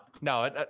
no